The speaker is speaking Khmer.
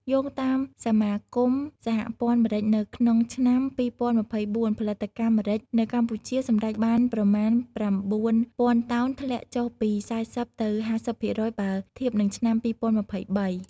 យោងតាមសមាគមសហព័ន្ធម្រេច នៅក្នុងឆ្នាំ ២០២៤ ផលិតកម្មម្រេចនៅកម្ពុជាសម្រេចបានប្រមាណ ៩ ពាន់តោន ធ្លាក់ចុះពី ៤០ ទៅ ៥០ ភាគរយ បើធៀបនឹងឆ្នាំ ២០២៣។